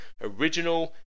Original